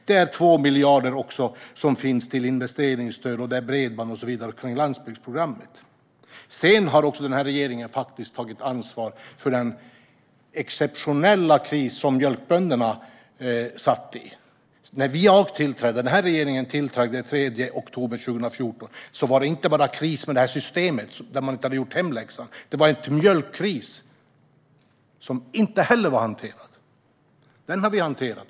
Det är också 2 miljarder som finns till investeringsstöd. Det är bredband och så vidare kring landsbygdsprogrammet. Sedan har den här regeringen faktiskt tagit ansvar för den exceptionella kris som mjölkbönderna satt i. När jag och regeringen tillträdde, den 3 oktober 2014, var det inte bara kris i fråga om det här systemet, där man inte hade gjort hemläxan. Det var också en mjölkkris som inte var hanterad. Den har vi hanterat.